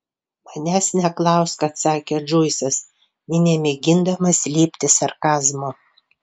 manęs neklausk atsakė džoisas nė nemėgindamas slėpti sarkazmo